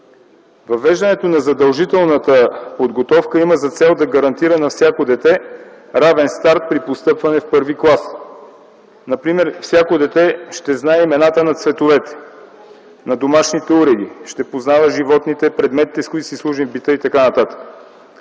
Въвеждането на задължителната подготовка има за цел да гарантира на всяко дете равен старт при постъпване в първи клас. Например, всяко дете ще знае имената на цветовете, на домашните уреди, ще познава животните, предметите, с които си служим в бита и т.н.